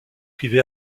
privé